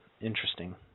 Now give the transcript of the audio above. Interesting